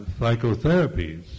psychotherapies